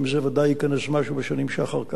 שמזה ודאי ייכנס בשנים שאחר כך.